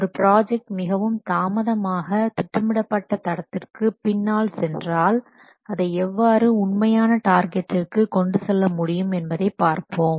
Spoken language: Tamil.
ஒரு ப்ராஜெக்ட் மிகவும் தாமதமாக திட்டமிடப்படபட்ட தடத்திற்கு பின்னால் சென்றால் அதை எவ்வாறு உண்மையான டார்கெடிற்கு கொண்டு செல்ல முடியும் என்பதை பார்ப்போம்